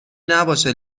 نباشه